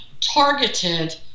targeted